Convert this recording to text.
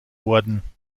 worden